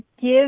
give